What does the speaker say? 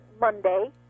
Monday